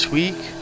week